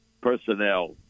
personnel